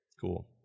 Cool